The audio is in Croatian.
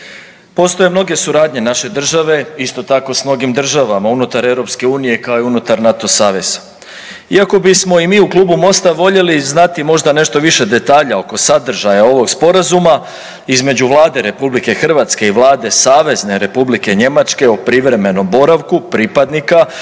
Postoje mnoge suradnje naše države isto tako s mnogim državama unutar EU kao i unutar NATO saveza. Iako bismo i mi u klubu Mosta voljeli znati možda nešto više detalja oko sadržaja ovog sporazuma između Vlade RH i Vlade Savezne Republike Njemačke o privremenom boravku pripadnika